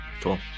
cool